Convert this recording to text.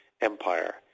Empire